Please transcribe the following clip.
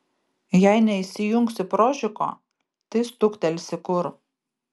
jei neįsijungsi prožiko tai stuktelsi kur